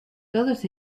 todos